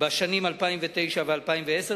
בשנים 2009 ו-2010,